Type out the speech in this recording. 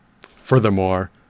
Furthermore